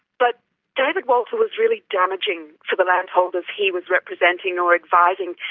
but david walter was really damaging for the landholders he was representing or advising,